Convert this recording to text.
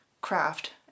craft